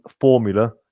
formula